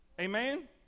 Amen